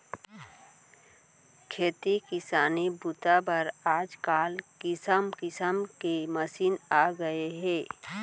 खेती किसानी बूता बर आजकाल किसम किसम के मसीन आ गए हे